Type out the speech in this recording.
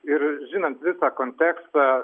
ir žinant visą kontekstą